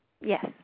Yes